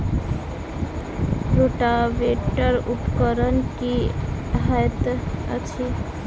Rotavator उपकरण की हएत अछि?